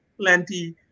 Plenty